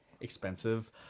expensive